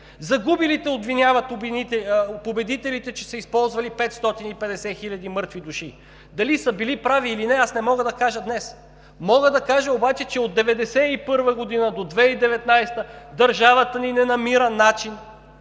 Загубилите обвиняват победителите, че са използвали 550 хиляди мъртви души. Дали са били прави или не, аз не мога да кажа днес. Мога да кажа обаче, че от 1991 г. до 2019 г. държавата ни не намира начин